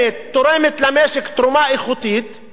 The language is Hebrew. תורמת למשק תרומה איכותית,